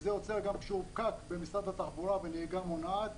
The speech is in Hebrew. וזה גם יוצר פקק במשרד התחבורה בנהיגה מונעת,